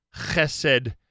Chesed